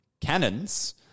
cannons